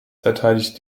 verteidigt